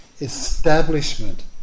establishment